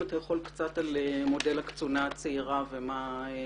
אם אתה יכול קצת על מודל הקצונה הצעירה ונזקיו.